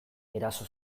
eraso